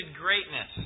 greatness